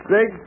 Big